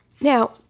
Now